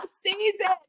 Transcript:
season